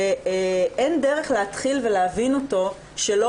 אין דרך להתחיל ולהבין אותו שלא